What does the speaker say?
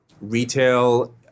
retail